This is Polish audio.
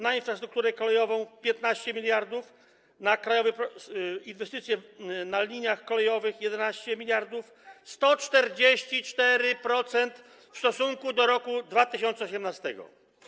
Na infrastrukturę kolejową: 15 mld, na krajowe inwestycje na liniach kolejowych: 11 mld - 144% w stosunku do roku 2018.